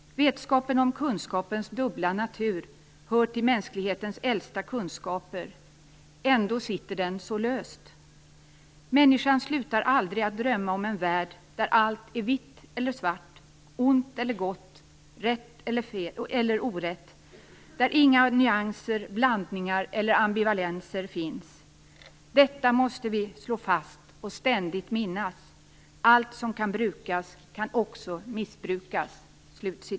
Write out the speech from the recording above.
Vetskapen om kunskapens dubbla natur hör till mänsklighetens äldsta kunskaper. Ändå sitter den så löst. Människan slutar aldrig att drömma om en värld där allt är vitt eller svart, ont eller gott, rätt eller orätt, där inga nyanser, blandningar eller ambivalenser finns. Detta måste vi slå fast och ständigt minnas: Allt som kan brukas kan också missbrukas."